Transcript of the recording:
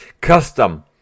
Custom